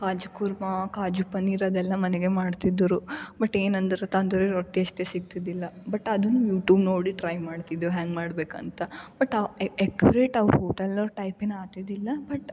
ಕಾಜು ಕೂರ್ಮ ಕಾಜು ಪನ್ನೀರ್ ಅದೆಲ್ಲ ಮನೆಗೆ ಮಾಡ್ತಿದ್ರು ಬಟ್ ಏನು ಅಂದ್ರೆ ತಂದೂರಿ ರೊಟ್ಟಿ ಅಷ್ಟೇ ಸಿಕ್ತಿದ್ದಿಲ್ಲ ಬಟ್ ಅದನ್ನು ಯೂಟ್ಯೂಬ್ ನೋಡಿ ಟ್ರೈ ಮಾಡ್ತಿದ್ವು ಹ್ಯಾಂಗೆ ಮಾಡ್ಬೇಕು ಅಂತ ಬಟ್ ಆ ಎಕ್ರೇಟ್ ಅವರು ಹೋಟೆಲಿನ ಟೈಪಿನ ಆಗ್ತಿದ್ದಿಲ್ಲ ಬಟ್